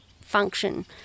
function